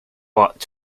but